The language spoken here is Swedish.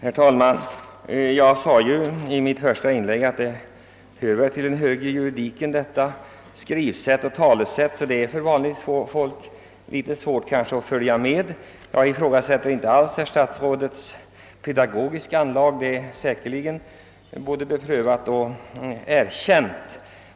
Herr talman! Såsom jag sade i mitt första inlägg, hör väl dessa skrivsätt och talesätt till den högre juridiken, och att det därför kanske är litet för svårt för vanligt folk att följa med. Jag ifrågasätter inte alls herr statsrådets pedagogiska anlag; de är säkerligen både beprövade och erkända.